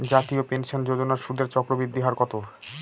জাতীয় পেনশন যোজনার সুদের চক্রবৃদ্ধি হার কত?